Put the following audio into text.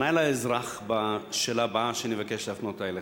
פנה אלי אזרח בשאלה הבאה, שאני מבקש להפנות אליך.